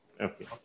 okay